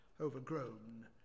overgrown